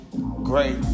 great